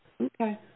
Okay